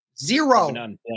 Zero